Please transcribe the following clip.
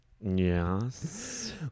Yes